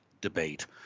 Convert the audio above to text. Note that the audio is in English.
debate